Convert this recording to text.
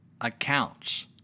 accounts